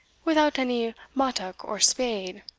without any mattock, or spade,